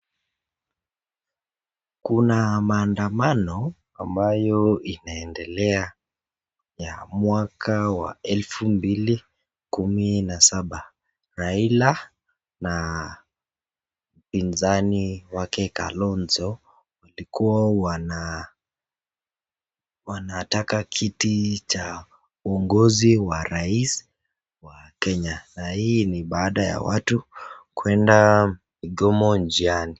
Kuna maandamano ambayo inaendelea ya mwaka wa elfu mbili kumi na saba. Raila na mpinzani wake Kalonzo walikuwa wanataka kiti cha uongozi wa rais wa Kenya, na hii ni baada ya watu kuenda mgomo njiani.